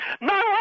No